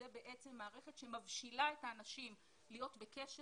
זאת בעצם מערכת שמבשילה את האנשים להיות בקשר